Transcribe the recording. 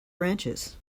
branches